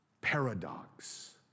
Paradox